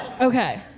Okay